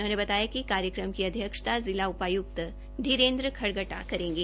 उन्होंने बताया कि कार्यक्रम की अध्यक्षता जिला उपायुक्त धीरेन्द्र खडग़टा करेंगे